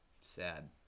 sad